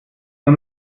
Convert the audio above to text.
nur